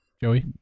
joey